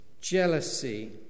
jealousy